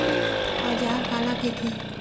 औजार काला कइथे?